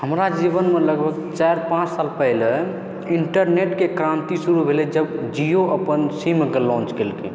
हमरा जीवनमे लगभग चारि पाँच साल पहिने इन्टरनेटके क्रान्ति शुरू भेल जब जिओ अपन सीम लॉन्च कैलकै